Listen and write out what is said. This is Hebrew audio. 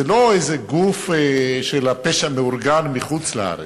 זה לא איזה גוף של הפשע המאורגן מחוץ-לארץ.